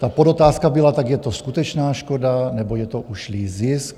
Ta podotázka byla tak je to skutečná škoda, nebo je to ušlý zisk?